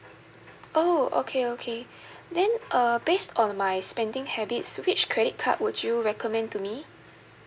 oh okay okay then uh based on my spending habits which credit card would you recommend to me